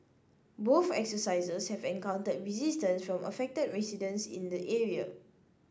both exercises have encountered resistance from affected residents in the area